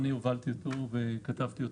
אני הובלתי אותו וכתבי אותו,